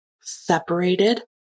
separated